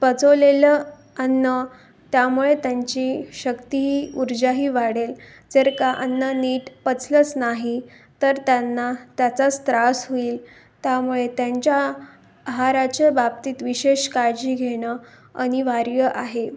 पचवलेलं अन्न त्यामुळे त्यांची शक्तीही ऊर्जाही वाढेल जर का अन्न नीट पचलंच नाही तर त्यांना त्याचाच त्रास होईल त्यामुळे त्यांच्या आहाराच्या बाबतीत विशेष काळजी घेणं अनिवार्य आहे